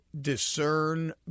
discern